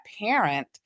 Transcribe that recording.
parent